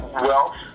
wealth